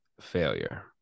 failure